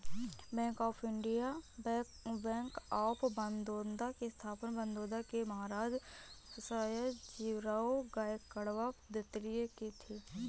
bank of Baroda की स्थापना बड़ौदा के महाराज सयाजीराव गायकवाड तृतीय ने की थी